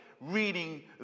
reading